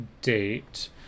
date